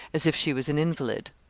as if she was an invalid.